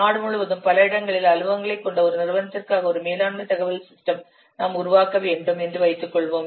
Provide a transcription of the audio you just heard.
நாடு முழுவதும் பல இடங்களில் அலுவலகங்களைக் கொண்ட ஒரு நிறுவனத்திற்காக ஒரு மேலாண்மை தகவல் சிஸ்டம் நாம் உருவாக்க வேண்டும் என்று வைத்துக்கொள்வோம்